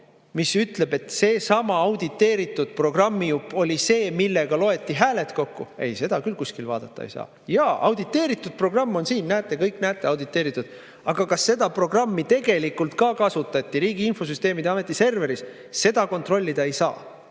mis ütleb, et seesama auditeeritud programmijupp oli see, millega loeti hääled kokku. Ei, seda küll kuskil vaadata ei saa. Jaa, auditeeritud programm on siin, näete, kõik näete, auditeeritud. Aga kas seda programmi tegelikult ka kasutati Riigi Infosüsteemi Ameti serveris, seda kontrollida ei saa.